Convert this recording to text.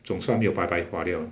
总算没有白白花掉